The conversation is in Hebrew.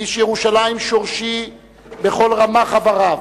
איש ירושלים שורשי בכל רמ"ח איבריו,